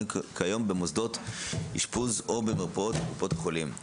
כיום במוסדות אשפוז או במרפאות קופות החולים.